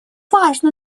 важно